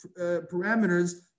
parameters